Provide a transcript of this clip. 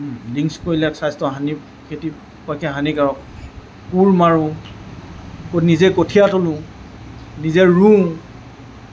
drinks কৰিলে স্বাস্থ্যৰ হানি ক্ষতি পক্ষে হানিকাৰক কোৰ মাৰোঁ নিজে কঠিয়া তোলোঁ নিজে ৰোওঁ